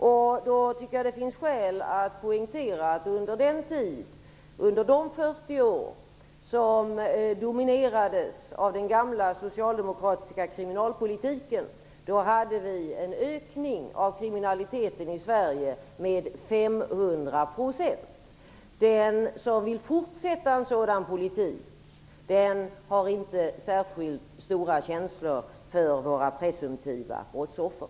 Jag tycker då att det finns skäl att poängtera att under de 40 år som dominerades av den gamla socialdemokratiska kriminalpolitiken hade vi en ökning av kriminaliteten i Sverige med 500 %. Den som vill fortsätta med en sådan politik har inte särskilt stora känslor för våra presumtiva brottsoffer.